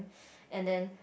and then